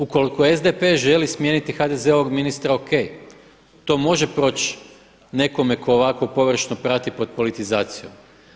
Ukoliko SDP želi smijeniti HDZ-ovog ministra o.k. to može proći nekome tko ovako površno prati pod politizacijom.